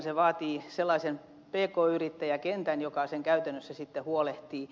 se vaatii sellaisen pk yrittäjäkentän joka sen käytännössä sitten huolehtii